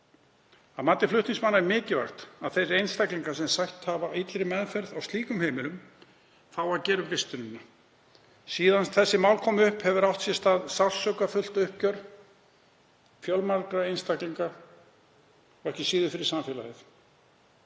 Að mati flutningsmanna er mikilvægt að þeir einstaklingar sem sætt hafa illri meðferð á slíkum heimilum fái að gera upp vistunina. Síðan þessi mál komu upp hefur átt sér stað sársaukafullt uppgjör fjölmargra einstaklinga og ekki síður fyrir samfélagið.